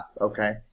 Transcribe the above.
okay